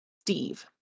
Steve